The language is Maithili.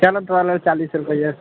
चलऽ तोरा लेल चालीस रूपए